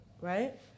right